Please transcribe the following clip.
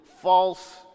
false